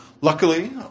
Luckily